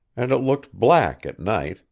and it looked black at night,